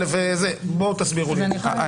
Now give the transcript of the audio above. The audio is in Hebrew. בואו תסבירו לי בבקשה.